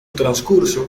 transcurso